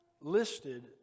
listed